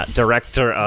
director